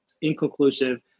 inconclusive